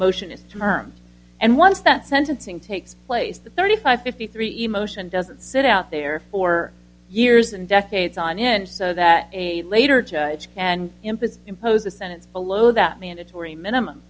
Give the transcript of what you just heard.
motion is termed and once that sentencing takes place the thirty five fifty three emotion doesn't sit out there for years and decades on end so that a later judge can impose impose a sentence below that mandatory minimum